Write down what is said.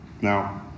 Now